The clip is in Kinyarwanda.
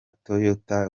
toyota